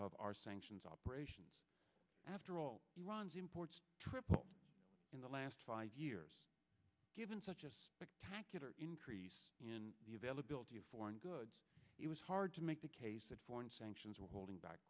of our sanctions operations after all iran's imports tripled in the last five years given such a spectacular increase in the availability of foreign goods it was hard to make the case of foreign sanctions were holding back